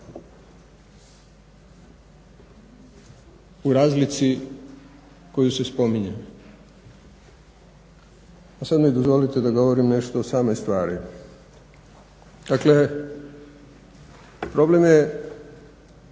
U razlici koju se spominje, a sad mi dozvolite da govorim nešto o samoj stvari. Dakle, problem je